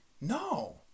No